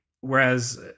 Whereas